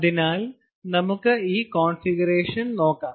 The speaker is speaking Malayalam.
അതിനാൽ നമുക്ക് ഈ കോൺഫിഗറേഷൻ നോക്കാം